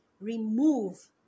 remove